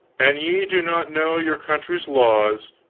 an ye do not know your country's laws,